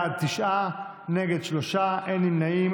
בעד, תשעה, נגד, שלושה, אין נמנעים.